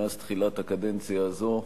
מאז תחילת הקדנציה הזו,